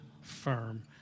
firm